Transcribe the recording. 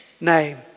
name